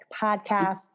podcast